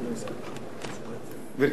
גברתי היושבת-ראש, חברי הכנסת,